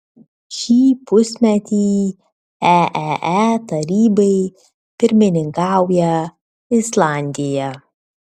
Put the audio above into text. šį pusmetį eee tarybai pirmininkauja islandija